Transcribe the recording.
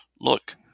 Look